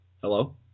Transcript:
Hello